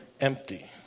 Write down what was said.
empty